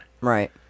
Right